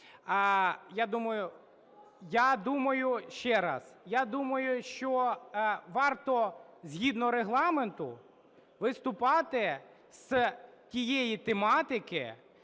я думаю, що варто згідно Регламенту виступати з тієї тематики,